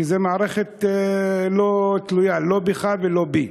כי זו מערכת לא תלויה, לא בך ולא בי.